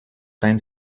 time